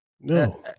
No